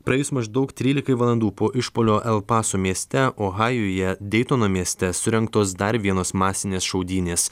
praėjus maždaug trylikai valandų po išpuolio el paso mieste ohajuje deitono mieste surengtos dar vienos masinės šaudynės